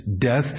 death